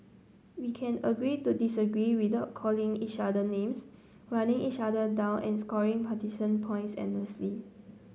we can agree to disagree without calling each other names running each other down and scoring partisan points endlessly